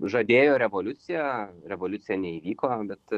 žadėjo revoliuciją revoliucija neįvyko bet